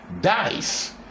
dice